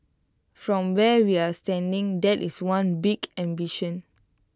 from where we're standing that is one big ambition